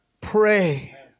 pray